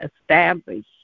establish